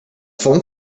phone